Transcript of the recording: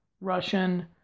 Russian